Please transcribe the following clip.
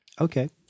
Okay